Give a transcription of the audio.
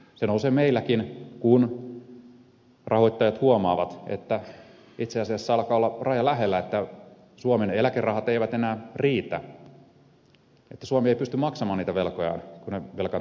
ne nousevat meilläkin kun rahoittajat huomaavat että itse asiassa alkaa olla raja lähellä että suomen eläkerahat eivät enää riitä suomi ei pysty maksamaan niitä velkojaan kun velkaantuu lisää